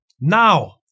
Now